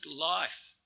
life